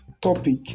topic